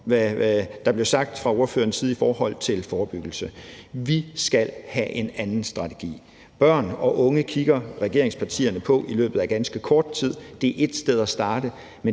der blev sagt fra ordførerens side i forhold til forebyggelse. Vi skal have en anden strategi. Det med børn og unge kigger regeringspartierne på i løbet af ganske kort tid. Det er ét sted at starte.